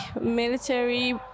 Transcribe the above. military